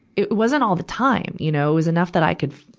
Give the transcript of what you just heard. it wasn't all the time. you know, it was enough that i could,